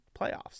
playoffs